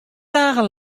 dagen